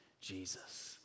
jesus